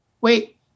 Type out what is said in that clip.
wait